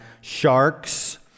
sharks